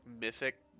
Mythic